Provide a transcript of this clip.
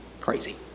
crazy